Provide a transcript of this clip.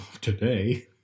Today